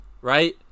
right